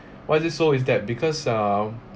why is it so is that because uh